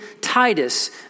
Titus